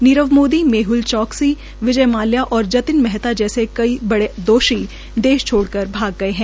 नीरव मोदी मेहल चौक्सी विजय माल्या और जतिन महता जैसे कई बड़े दोषी देश छोड़कर भाग गए है